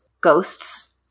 ghosts